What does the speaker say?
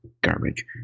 garbage